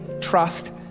trust